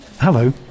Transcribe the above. Hello